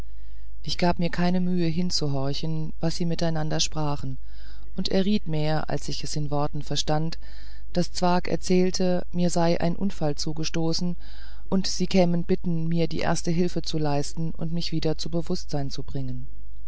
ich gab mir keine mühe hinzuhorchen was sie miteinander sprachen und erriet mehr als ich es in worten verstand daß zwakh erzählte mir sei ein unfall zugestoßen und sie kämen bitten mir die erste hilfe zu leisten und mich wieder zu bewußtsein zu bringen